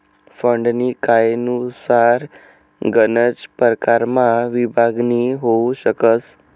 फंडनी कायनुसार गनच परकारमा विभागणी होउ शकस